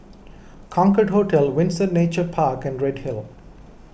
Concorde Hotel Windsor Nature Park and Redhill